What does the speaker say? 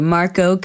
Marco